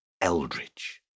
eldritch